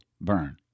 burn